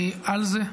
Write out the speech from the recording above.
אני על זה.